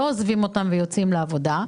שלא עוזבים אותם ולא יוצאים לעבודה.